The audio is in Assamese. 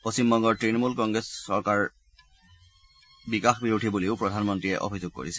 পশ্চিমবংগৰ তৃণমূল কংগ্ৰেছ চৰকাৰ বিকাশ বিৰোধী বুলিও প্ৰধানমন্ত্ৰীয়ে অভিযোগ কৰিছে